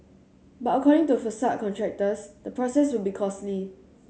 but according to facade contractors the process would be costly